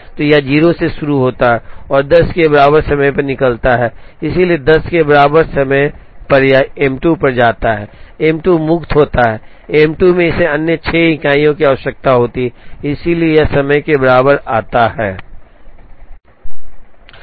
तो यह 0 से शुरू होता है और 10 के बराबर समय पर निकलता है इसलिए 10 के बराबर समय पर यह M 2 पर जाता है M 2 मुक्त होता है M 2 में इसे अन्य 6 इकाइयों की आवश्यकता होती है इसलिए यह समय के बराबर आता है 16